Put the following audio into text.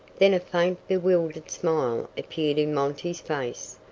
then a faint, bewildered smile appeared in monty's face,